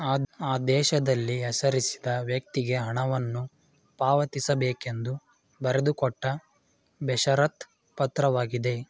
ಆದೇಶದಲ್ಲಿ ಹೆಸರಿಸಿದ ವ್ಯಕ್ತಿಗೆ ಹಣವನ್ನು ಪಾವತಿಸಬೇಕೆಂದು ಬರೆದುಕೊಟ್ಟ ಬೇಷರತ್ ಪತ್ರವಾಗಿದೆ